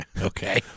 Okay